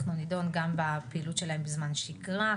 אנחנו נידון גם בפעילות שלה בזמן שגרה,